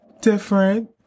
different